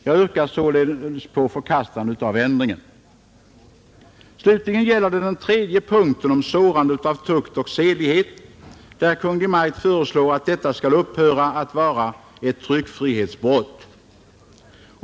Jag yrkar sålunda på förkastande av den föreslagna ändringen. Beträffande den tredje frågan, om sårande av tukt och sedlighet, föreslår Kungl. Maj:t att detta skall upphöra att vara ett tryckfrihetsbrott.